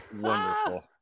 wonderful